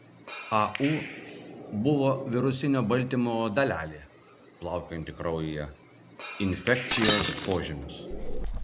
au buvo virusinio baltymo dalelė plaukiojanti kraujyje infekcijos požymis